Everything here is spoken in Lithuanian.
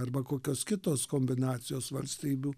arba kokios kitos kombinacijos valstybių